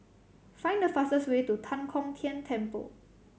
find the fastest way to Tan Kong Tian Temple